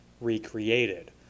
recreated